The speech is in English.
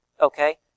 okay